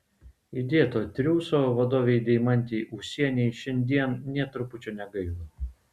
įdėto triūso vadovei deimantei ūsienei šiandien nė trupučio negaila